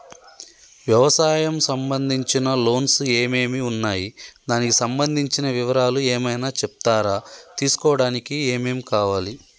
వ్యవసాయం సంబంధించిన లోన్స్ ఏమేమి ఉన్నాయి దానికి సంబంధించిన వివరాలు ఏమైనా చెప్తారా తీసుకోవడానికి ఏమేం కావాలి?